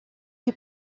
que